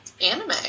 anime